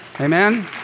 Amen